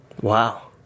Wow